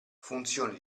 funzioni